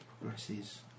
progresses